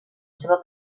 seva